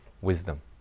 wisdom